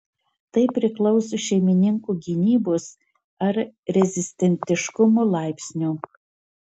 tai priklauso šeimininko gynybos ar rezistentiškumo laipsnio